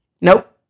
Nope